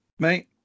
Mate